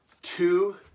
Two